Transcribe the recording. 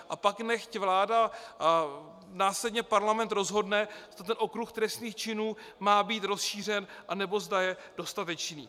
A pak nechť vláda a následně parlament rozhodne, zda ten okruh trestných činů má být rozšířen, anebo zda je dostatečný.